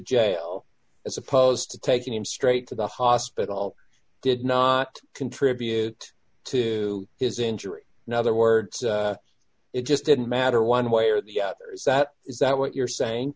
jail as opposed to taking him straight to the hospital did not contribute to his injury now other words it just didn't matter one way or the sat is that what you're saying